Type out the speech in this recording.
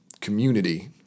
community